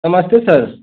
नमस्ते सर